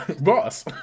boss